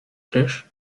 ryż